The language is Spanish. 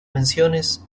menciones